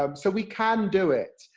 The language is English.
um so we can do it,